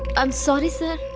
um sorry sir.